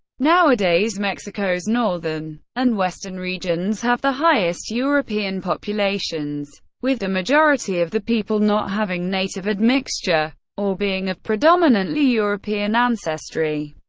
nowadays mexico's northern and western regions have the highest european populations, with the majority of the people not having native admixture or being of predominantly european ancestry.